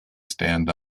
stand